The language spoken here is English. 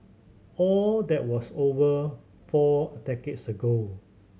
all that was over four decades ago